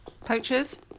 Poachers